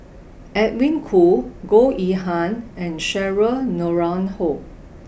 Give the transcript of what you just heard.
Edwin Koo Goh Yihan and Cheryl Noronha